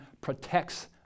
protects